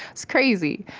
it's crazy.